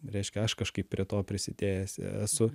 reiškia aš kažkaip prie to prisidėjęs esu